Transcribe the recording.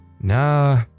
Nah